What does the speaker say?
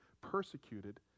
persecuted